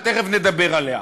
ותכף נדבר עליה.